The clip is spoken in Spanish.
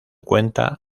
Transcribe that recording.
cuenta